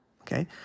Okay